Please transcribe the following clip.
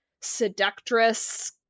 seductress